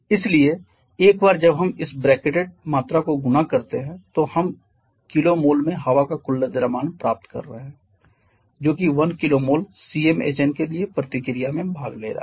इसलिए एक बार जब हम इस ब्रैकेटेड मात्रा को गुणा करते हैं तो हम kmol में हवा का कुल द्रव्यमान प्राप्त कर रहे हैं जो कि 1 kmol CmHn के लिए प्रतिक्रिया में भाग ले रहा है